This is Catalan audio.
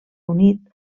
unit